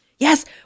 Yes